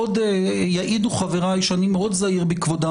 יעידו חבריי שאני מאוד זהיר בכבודם.